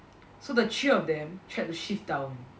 so the three of them tried to shift down